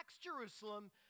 Jerusalem